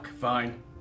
Fine